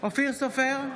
אופיר סופר,